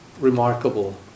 remarkable